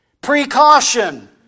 Precaution